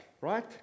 right